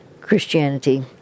Christianity